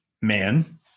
man